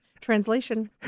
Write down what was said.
translation